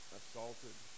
assaulted